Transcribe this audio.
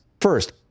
first